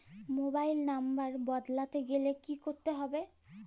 Mobile number বদলাতে গেলে কি করতে হবে?